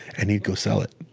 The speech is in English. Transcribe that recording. and he'd go sell that.